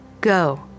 go